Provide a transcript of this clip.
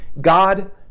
God